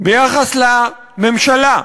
ביחס לממשלה,